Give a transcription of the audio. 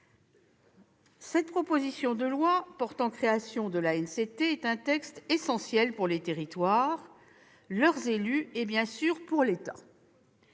La proposition de loi portant création de l'ANCT est un texte essentiel pour les territoires, leurs élus et, bien sûr, pour l'État.